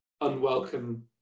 unwelcome